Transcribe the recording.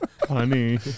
Honey